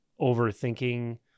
overthinking